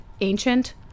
ancient